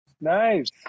Nice